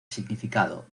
significado